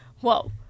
whoa